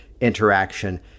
interaction